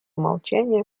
молчания